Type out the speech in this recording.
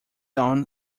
own